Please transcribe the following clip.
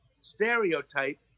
stereotype